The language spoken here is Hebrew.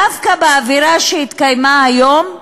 דווקא באווירה שהתקיימה היום,